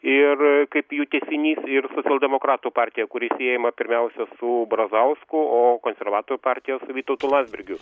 ir kaip jų tęsinys ir socialdemokratų partija kuri siejama pirmiausia su brazausku o konservatorių partija su vytautu landsbergiu